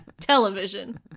television